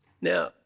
Now